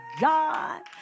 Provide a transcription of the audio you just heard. God